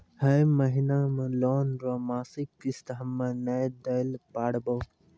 है महिना मे लोन रो मासिक किस्त हम्मे नै दैल पारबौं